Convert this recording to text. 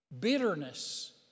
Bitterness